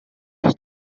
must